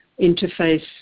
interface